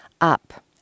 up